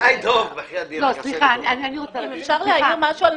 דב, עשה לי טובה.